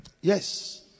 Yes